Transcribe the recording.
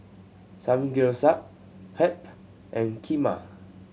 Samgyeopsal Crepe and Kheema